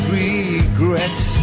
regrets